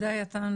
אללה ייתן